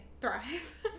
thrive